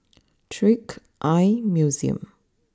Trick Eye Museum